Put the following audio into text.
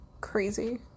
crazy